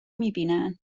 میبینن